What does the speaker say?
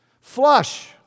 Flush